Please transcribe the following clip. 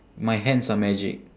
my hands are magic